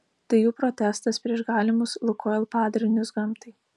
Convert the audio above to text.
tai jų protestas prieš galimus lukoil padarinius gamtai